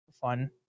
Fun